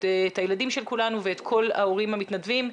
את הילדים של כולנו ואת כל ההורים המתנדבים,